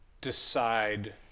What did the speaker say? decide